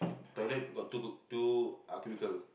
toilet got two c~ two ah cubicle